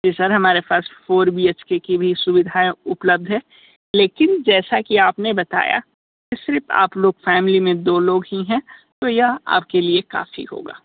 जी sir हमारे पास four B H K की भी सुविधाएं उपलब्ध हैं लेकिन जैसा कि आप ने बताया सिर्फ आप लोग फ़ैमिली में दो लोग ही हैं तो यह आप के लिए काफ़ी होगा